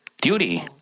duty